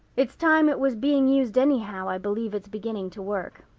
it's time it was being used anyhow i believe it's beginning to work.